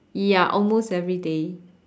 ya almost everyday